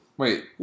Wait